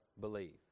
believe